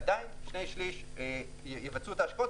עדיין שני שליש יבצעו את ההשקעות.